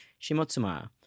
Shimotsuma